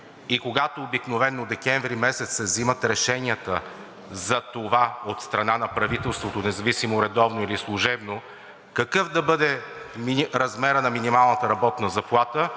и когато обикновено през декември месец се вземат решенията за това от страна на правителството, независимо редовно или служебно, какъв да бъде размерът на минималната работна заплата